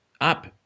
up